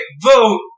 vote